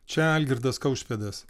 čia algirdas kaušpėdas